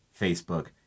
Facebook